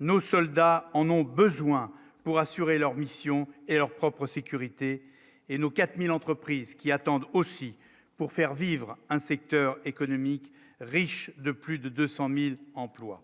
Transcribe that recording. nos soldats en ont besoin pour assurer leur mission et leur propre sécurité et nos 4000 entreprises qui attendent aussi, pour faire vivre un secteur économique riche de plus de 200000 emplois